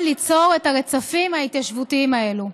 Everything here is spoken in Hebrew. ליצור את הרצפים ההתיישבותיים הללו.